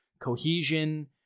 cohesion